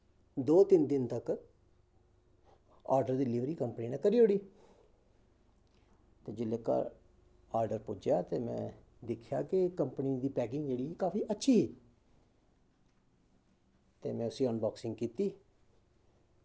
दो तिन्न दिन तक आर्डर दा डिलीवरी कंपनी न करी ओड़ी जिसलै घर आर्डर पुज्जेआ ते में दिक्खेआ के कंपनी दी पैकिंग जेह्ड़ी काफी अच्छी ही ते में उसी अनबाक्सिंग कीती